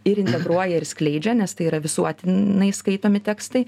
ir integruoja ir skleidžia nes tai yra visuotinai skaitomi tekstai